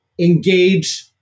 engage